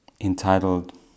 entitled